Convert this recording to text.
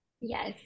yes